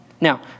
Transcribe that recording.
Now